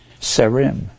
serim